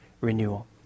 renewal